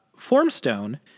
Formstone